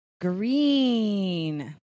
Green